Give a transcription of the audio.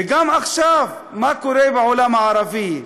וגם עכשיו, מה קורה בעולם הערבי?